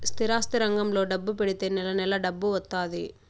స్థిరాస్తి రంగంలో డబ్బు పెడితే నెల నెలా డబ్బు వత్తాది